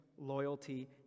loyalty